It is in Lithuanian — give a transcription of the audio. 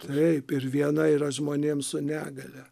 taip ir viena yra žmonėms su negalia